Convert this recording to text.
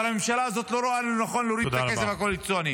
אבל הממשלה הזאת לא רואה לנכון להוריד את הכסף הקואליציוני.